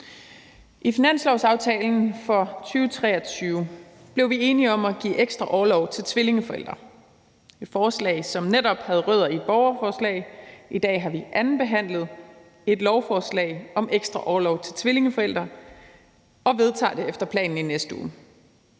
I finanslovsaftalen for 2023 blev vi enige om at give ekstra orlov til tvillingeforældre. Det var et forslag, som netop havde rødder i et borgerforslag. I dag har vi andenbehandlet et lovforslag om ekstra orlov til tvillingeforældre og vedtager det efter planen i næste uge.